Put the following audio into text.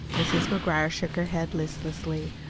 mrs. mcguire shook her head listlessly.